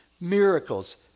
miracles